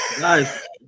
Nice